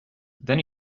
then